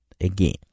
again